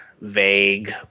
vague